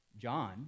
John